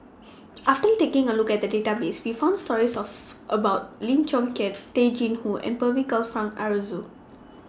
after taking A Look At The Database We found stories of about Lim Chong Keat Tay Chin Joo and Percival Frank Aroozoo